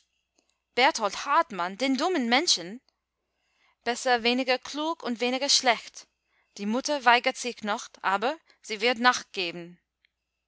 berthold hartmann den dummen menschen besser weniger klug und weniger schlecht die mutter weigert sich noch aber sie wird nachgeben